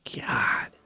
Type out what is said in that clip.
God